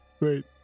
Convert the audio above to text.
wait